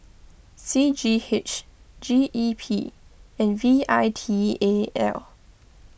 C G H G E P and V I T A L